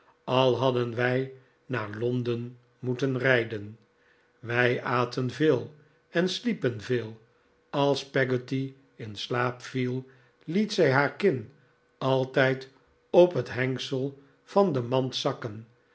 al hadden wij naar londen moeten rijden wij aten veel en sliepen veel als peggotty in slaap viel liet zij haar kin altijd op het hengsel van de mand zakken